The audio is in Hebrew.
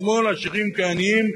בשמו של שר האוצר יובל שטייניץ,